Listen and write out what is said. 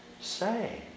say